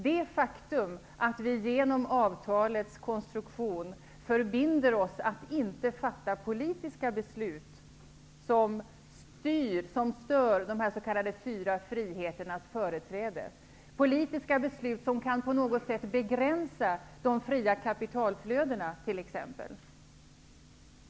Det är ett faktum att vi genom avtalets konstruktion förbinder oss att inte fatta politiska beslut som stör de s.k. fyra friheternas företräde, t.ex. politiska beslut som på något sätt kan begränsa de fria kapitalflödena.